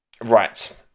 Right